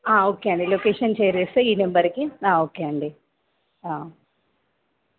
okay అండి location share చేస్తే ఈ నెంబర్కి ఓకే అండి